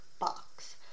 Box